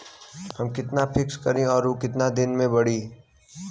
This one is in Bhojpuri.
हम कितना फिक्स करी और ऊ कितना दिन में बड़ी?